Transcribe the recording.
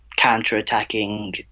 counter-attacking